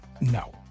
No